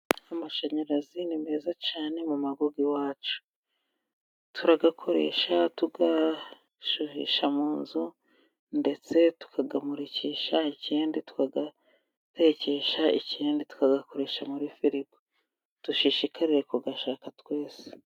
Amashanyarazi ni meza cyane mu mago iwacu . tuyakoresha dushyuhisha mu nzu ndetse tukayamurikisha ikindi tuyatekesha ikindi tuyakoresha muri firigo dushishikariye kuyashaka twese.